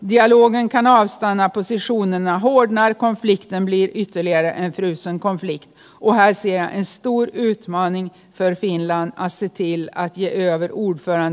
vi har i dag haft möjlighet att här i helsingfors lyssna till serbiens utrikesminister som förbereder sig inför sitt ordförandeskap